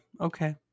Okay